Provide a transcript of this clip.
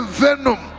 venom